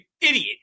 idiot